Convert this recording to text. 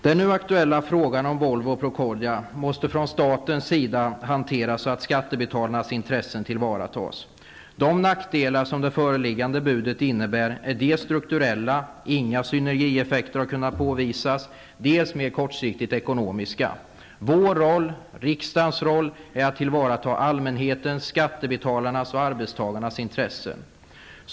Den nu aktuella frågan om Volvo och Procordia måste från statens sida hanteras så att skattebetalarnas intressen tillvaratas. De nackdelar som det föreliggande budet innebär är dels strukturella -- inga synergieffekter har kunnat påvisas -- dels mer kortsiktigt ekonomiska. Vår roll, riksdagens roll, är att tillvarata allmänhetens, skattebetalarnas och arbetstagarnas intressen.